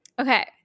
Okay